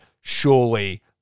surely